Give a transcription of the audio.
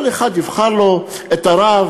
כל אחד יבחר לו את הרב